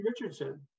Richardson